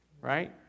right